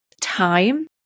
time